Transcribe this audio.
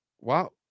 wow